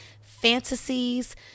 fantasies